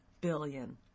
billion